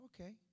okay